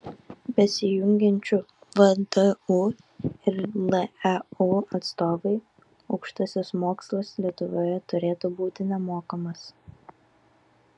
besijungiančių vdu ir leu atstovai aukštasis mokslas lietuvoje turėtų būti nemokamas